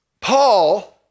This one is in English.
Paul